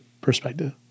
perspective